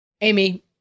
Amy